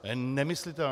To je nemyslitelné.